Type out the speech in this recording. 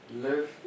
live